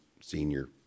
senior